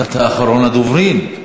אתה אחרון הדוברים.